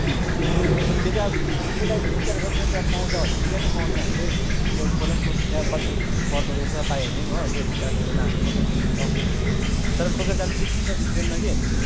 त्यो चाहिँ अब पहिला बिचार गरौँ न त्यहाँ पाउँछ भने ठिकै छ पाउँदैन भने चाहिँ त्यो पहिला नि सोध्न त्यहाँ कति पर्दोरहेछ पायो भने पनि हो त्यहाँ बिचार गरेर नभए त बोकेर जानुपर्छ होला हौ तर बोकेर जान पनि रिस्की छ ट्रेनमा कि